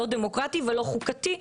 לא דמוקרטי ולא חוקתי,